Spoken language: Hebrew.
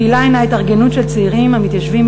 הקהילה הנה התארגנות של צעירים המתיישבים